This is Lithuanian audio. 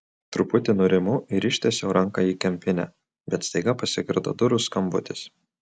truputį nurimau ir ištiesiau ranką į kempinę bet staiga pasigirdo durų skambutis